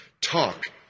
talk